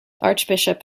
archbishop